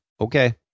okay